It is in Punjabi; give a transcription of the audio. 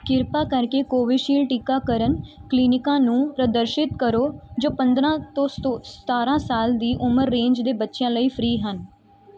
ਕਿਰਪਾ ਕਰਕੇ ਕੋਵਿਸ਼ਿਲਡ ਟੀਕਾਕਰਨ ਕਲੀਨਿਕਾਂ ਨੂੰ ਪ੍ਰਦਰਸ਼ਿਤ ਕਰੋ ਜੋ ਪੰਦਰ੍ਹਾਂ ਤੋਂ ਸਤੋ ਸਤਾਰ੍ਹਾਂ ਸਾਲ ਦੀ ਉਮਰ ਰੇਂਜ ਦੇ ਬੱਚਿਆਂ ਲਈ ਫ੍ਰੀ ਹਨ